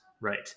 right